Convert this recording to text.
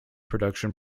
production